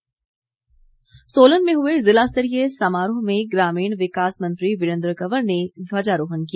सोलन समारोह सोलन में हुए ज़िलास्तरीय समारोह में ग्रामीण विकास मंत्री वीरेन्द्र कंवर ने ध्वजारोहण किया